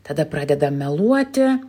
tada pradedam meluoti